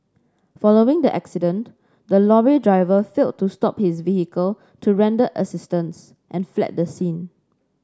following the accident the lorry driver failed to stop his vehicle to render assistance and fled the scene